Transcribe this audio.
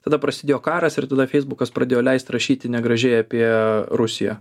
tada prasidėjo karas ir tada feisbukas pradėjo leist rašyti negražiai apie rusiją